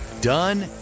Done